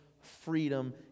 freedom